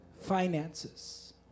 finances